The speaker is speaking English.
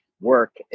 work